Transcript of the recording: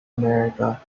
america